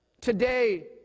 Today